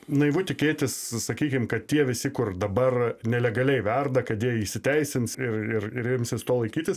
naivu tikėtis sakykim kad tie visi kur dabar nelegaliai verda kad jie įsiteisins ir ir ir imsis to laikytis